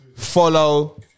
Follow